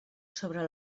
sobre